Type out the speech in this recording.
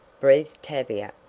breathed tavia.